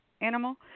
animal